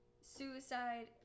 suicide